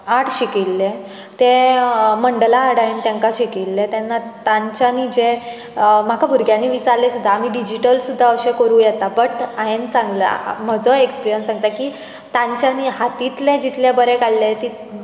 art शिकयल्ले तें मंडलां आर्ट हांवें तांकां शिकयल्ले तेन्ना तांच्यानी जे म्हाका भुंरग्यानी विचारल्ले सुदां आमी डिजीटल सुंदा अशें करूं येता बट हांवें सांगलां म्हजो एक्सपिर्यन्स सांगता की तांच्यानी हातीतलें जितलें बरें काडलेल